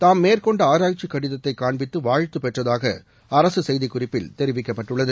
தாம் மேற்கொண்ட ஆராய்ச்சிக் கடிதத்தை காண்பித்து வாழ்த்து பெற்றதாக அரசு செய்திக்குறிப்பில் தெரிவிக்கபட்டுள்ளது